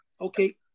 okay